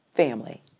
family